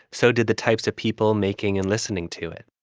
so did the types of people making and listening to it.